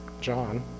John